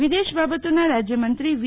વિદેશ બાબતોનાં રાજ્યમંત્રી વી